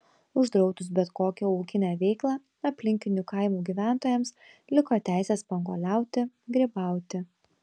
uždraudus bet kokią ūkinę veiklą aplinkinių kaimų gyventojams liko teisė spanguoliauti grybauti